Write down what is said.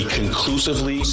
conclusively